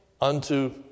unto